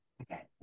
Okay